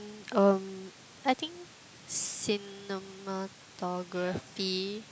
um I think cinematography